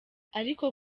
ariko